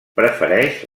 prefereix